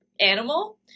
animal